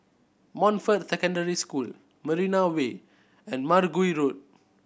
Montfort Secondary School Marina Way and Mergui Road